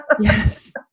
Yes